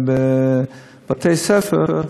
לבתי-ספר,